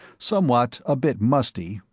somewhat a bit musty,